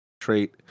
trait